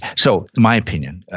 so, my opinion,